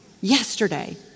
yesterday